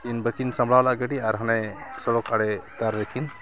ᱠᱤᱱ ᱵᱟᱹᱠᱤᱱ ᱥᱟᱢᱵᱽᱲᱟᱣ ᱞᱟᱫ ᱜᱟᱹᱰᱤ ᱟᱨ ᱦᱟᱱᱮ ᱥᱚᱲᱚᱠ ᱟᱲᱮ ᱫᱟᱨᱮ ᱠᱤᱱ